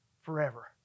Forever